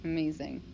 Amazing